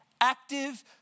active